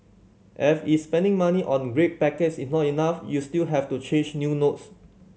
F is spending money on red packets is not enough you still have to change new notes